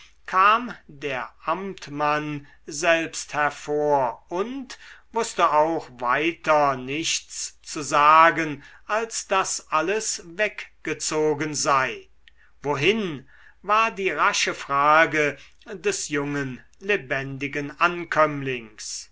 kam der amtmann selbst hervor und wußte auch weiter nichts zu sagen als daß alles weggezogen sei wohin war die rasche frage des jungen lebendigen ankömmlings